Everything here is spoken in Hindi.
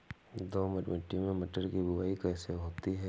दोमट मिट्टी में मटर की बुवाई कैसे होती है?